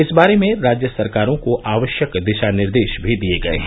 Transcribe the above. इस बारे में राज्य सरकारों को आवश्यक दिशा निर्देश भी दिए गए हैं